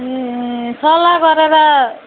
ए सल्लाह गरेर